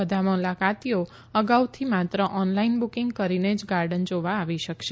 બધા મુલાકાતીઓ અગાઉથી માત્ર ઓનલાઇન બુકીંગ કરીને જ ગાર્ડન જોવા આવી શકશે